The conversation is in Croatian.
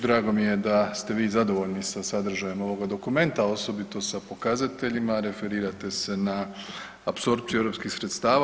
Drago mi je da ste vi zadovoljni sa sadržajem ovoga dokumenta, osobito sa pokazateljima, referirate se na apsorpciju europskih sredstava.